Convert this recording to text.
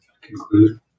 conclude